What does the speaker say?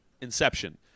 Inception